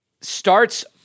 starts